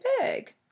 big